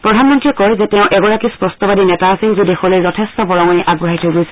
প্ৰধানমন্তীয়ে কয় যে তেওঁ এগৰাকী স্পষ্টবাদী নেতা আছিল যি দেশলৈ যথেষ্ট বৰঙণি আগবঢ়াই থৈ গৈছে